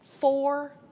four